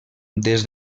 des